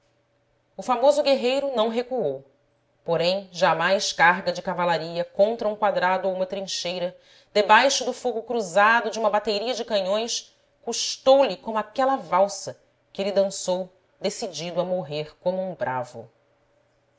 o famoso guerreiro não recuou porém jamais carga de cavalaria contra um quadrado ou uma trincheira debaixo do fogo cruzado de uma bateria de canhões custou-lhe como aquela valsa que ele dançou decidido a morrer como um bravo